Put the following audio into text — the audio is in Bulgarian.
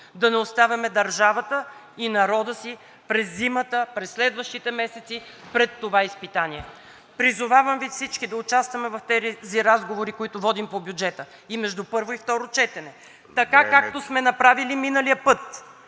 да не оставяме държавата и народа си през зимата, през следващите месеци пред това изпитание. Призовавам Ви всички да участваме в тези разговори, които водим по бюджета между първо и второ четене, така както сме го направили миналия път.